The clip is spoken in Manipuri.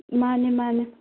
ꯃꯥꯟꯅꯦ ꯃꯥꯟꯅꯦ